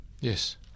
Yes